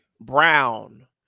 Brown